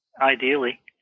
ideally